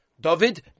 David